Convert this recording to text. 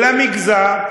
למגזר,